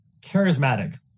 charismatic